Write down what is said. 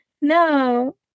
No